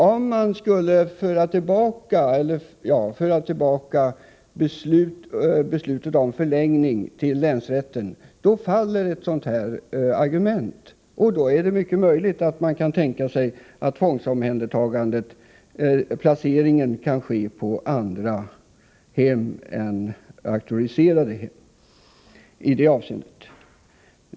Om vi skulle föra tillbaka beslutet om förlängning till länsrätten, då faller ett sådant argument, och då är det möjligt att tänka sig att placering vid tvångsomhändertagande kan ske på andra hem än ”auktoriserade” hem.